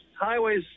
highways